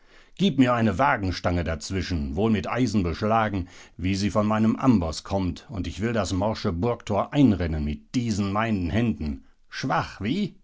gib mir eine wagenstange dazwischen wohl mit eisen beschlagen wie sie von meinem amboß kommt und ich will das morsche burgtor einrennen mit diesen meinen händen schwach wie